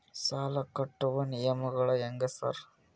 ಸಾಲ ಕಟ್ಟುವ ನಿಯಮಗಳು ಹ್ಯಾಂಗ್ ಸಾರ್?